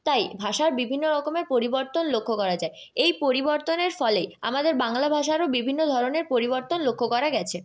তাই ভাষার বিভিন্ন রকমের পরিবর্তন লক্ষ্য করা যায় এই পরিবর্তনের ফলে আমাদের বাংলা ভাষারও বিভিন্ন ধরনের পরিবর্তন লক্ষ্য করা গিয়েছে